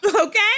okay